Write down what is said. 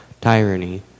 Tyranny